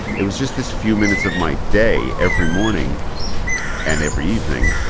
it was just this few minutes of my day every morning and every evening,